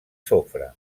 sofre